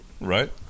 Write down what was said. Right